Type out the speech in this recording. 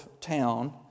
town